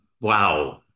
wow